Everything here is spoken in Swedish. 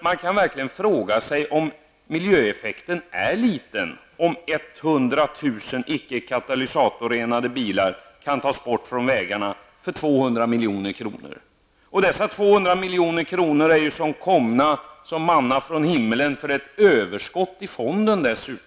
Man kan verkligen fråga sig om miljöeffekten är liten om 100 000 icke-katalysatorrenade bilar kan tas bort från vägarna för 200 milj.kr. Och det är pengar som är komna som manna från himmelen som ett överskott i fonden.